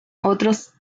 otros